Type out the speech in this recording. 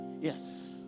Yes